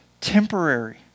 temporary